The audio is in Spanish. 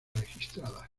registradas